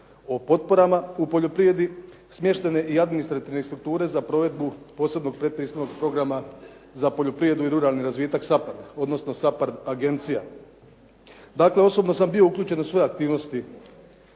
o potporama u poljoprivredi smještajne i administrativne strukture za provedbu posebnog pretpristupnog programa za poljoprivredu i ruralni razvitak SAPARD odnosno SAPARD agencija. Dakle, osobno sam bio uključen u sve aktivnosti